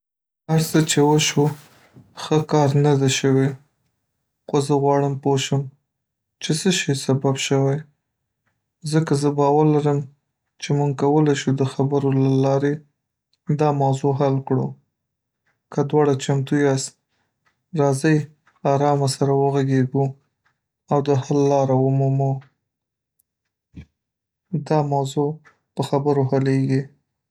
هر څه چې وشو ښه کار نه ده شوې خو زه غواړم پوه شم چې څه شی سبب شوی، ځکه زه باور لرم چې موږ کولای شو د خبرو له لارې دا موضوع حل کړو که دواړه چمتو یاست، راځئ آرام سره وغږېږو او د حل لاره ومومو دا موضوع په خبرو حلیږي.